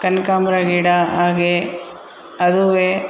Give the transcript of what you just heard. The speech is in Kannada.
ಕನ್ಕಾಂಬರ ಗಿಡ ಹಾಗೆ ಅದೂ